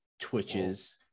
Twitches